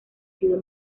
sido